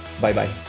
Bye-bye